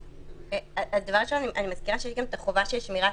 אני מזכירה שיש גם את החובה של שמירת